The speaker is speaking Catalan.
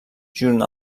junt